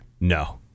no